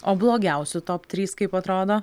o blogiausių top trys kaip atrodo